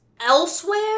elsewhere